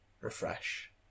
Refresh